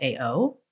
AO